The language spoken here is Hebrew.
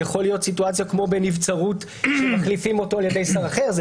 יכולה להיות סיטואציה כמו בנבצרות שמחליפים אותו על ידי שר אחר.